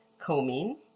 combing